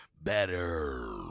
better